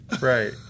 right